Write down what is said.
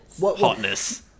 Hotness